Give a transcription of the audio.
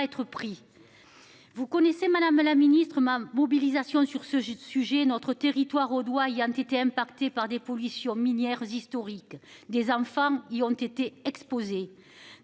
pris. Vous connaissez Madame la Ministre MAM mobilisation sur ce jeu de sujet notre territoire audois ayant été impactés par des pollutions minières historique des enfants y ont été exposés